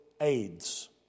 AIDS